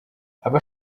aba